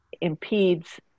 impedes